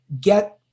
get